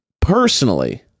personally